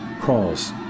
crawls